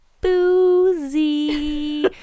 Boozy